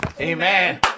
Amen